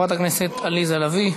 חברת הכנסת עליזה לביא,